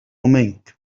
منك